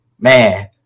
man